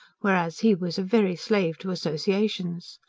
whereas he was a very slave to associations.